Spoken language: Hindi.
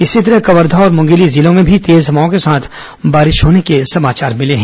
इसी तरह कवर्धा और मुंगेली जिले में भी तेज हवाओं के साथ बारिश होने के समाचार मिले हैं